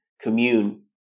commune